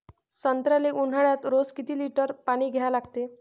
संत्र्याले ऊन्हाळ्यात रोज किती लीटर पानी द्या लागते?